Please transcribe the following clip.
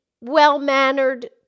well-mannered